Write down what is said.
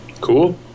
Cool